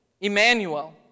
Emmanuel